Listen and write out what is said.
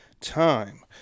time